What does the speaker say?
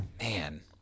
Man